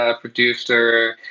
producer